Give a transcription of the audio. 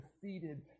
defeated